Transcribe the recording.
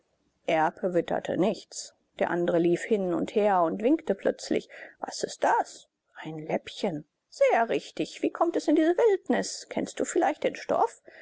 erb witterte nichts der andre lief hin und her und winkte plötzlich was ist das ein läppchen sehr richtig wie kommt es in diese wildnis kennst du vielleicht den stoff